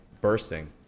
bursting